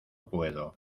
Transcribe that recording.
puedo